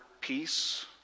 peace